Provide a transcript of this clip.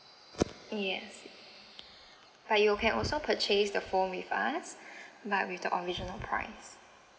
yes but you can also purchase the phone with us but with the original price